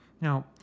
Now